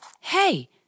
Hey